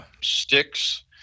sticks